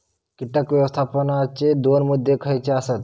कीटक व्यवस्थापनाचे दोन मुद्दे खयचे आसत?